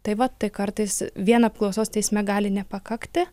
tai va tai kartais vien apklausos teisme gali nepakakti